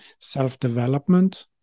self-development